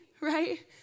right